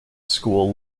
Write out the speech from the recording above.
school